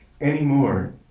anymore